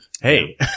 hey